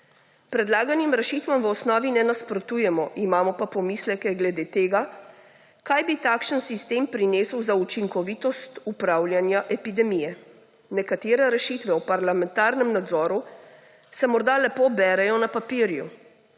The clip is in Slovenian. Predlaganim rešitvam v osnovi ne nasprotujemo, imamo pa pomisleke glede tega, kaj bi takšen sistem prinesel za učinkovitost upravljanja epidemije. Nekatere rešitve v parlamentarnem nadzoru se morda lepo berejo na papirju,